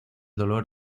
dolor